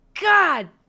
God